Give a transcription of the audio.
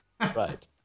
Right